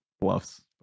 bluffs